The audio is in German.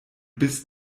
bist